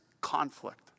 conflict